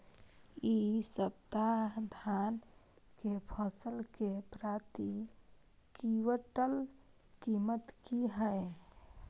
इ सप्ताह धान के फसल के प्रति क्विंटल कीमत की हय?